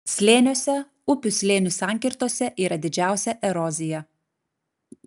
slėniuose upių slėnių sankirtose yra didžiausia erozija